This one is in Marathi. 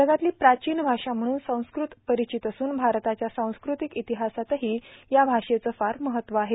जगातली प्राचीन भाषा म्हणून संस्कृत परिचित असून भारताच्या सांस्कृतिक इतिहासातही या भाषेचं फार महत्व आहे